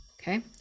Okay